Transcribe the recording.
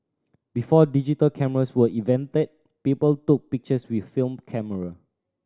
before digital cameras were invented people took pictures with film camera